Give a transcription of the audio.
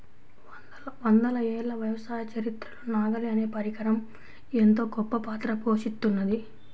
వందల ఏళ్ల వ్యవసాయ చరిత్రలో నాగలి అనే పరికరం ఎంతో గొప్పపాత్ర పోషిత్తున్నది